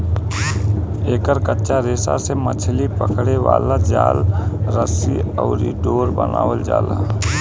एकर कच्चा रेशा से मछली पकड़े वाला जाल, रस्सी अउरी डोरी बनावल जाला